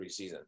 preseason